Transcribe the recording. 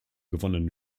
gewonnenen